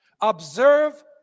Observe